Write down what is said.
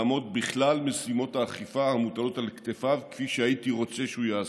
לעמוד בכלל משימות האכיפה המוטלות על כתפיו כפי שהייתי רוצה שהוא יעשה.